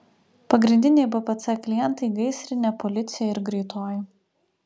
pagrindiniai bpc klientai gaisrinė policija ir greitoji